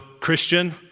Christian